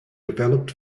developed